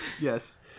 Yes